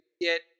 get